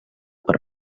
per